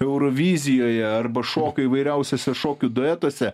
eurovizijoje arba šoka įvairiausiuose šokių duetuose